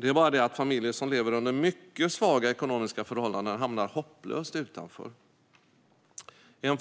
Det är bara det att familjer som lever under mycket svaga ekonomiska förhållanden hamnar hopplöst utanför. En